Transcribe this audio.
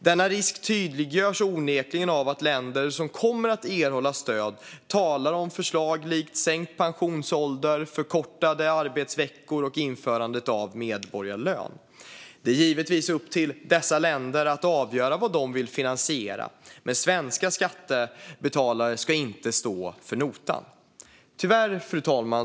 Denna risk tydliggörs onekligen av att länder som kommer att erhålla stöd talar om förslag som sänkt pensionsålder, förkortade arbetsveckor och införandet av medborgarlön. Det är givetvis upp till dessa länder att avgöra vad de vill finansiera. Men svenska skattebetalare ska inte stå för notan. Fru talman!